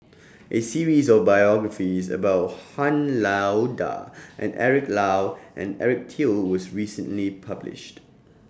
A series of biographies about Han Lao DA and Eric Low and Eric Teo was recently published